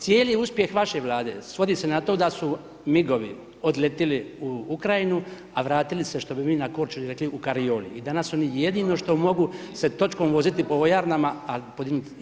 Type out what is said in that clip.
Cijeli uspjeh vaše vlade svodi se na to da su migovi odletili u Ukrajinu, a vratili se što bi mi na Korčuli rekli u karioli i danas su oni jedino što mogu se točkom voziti po vojarnama, a letjeti ne mogu.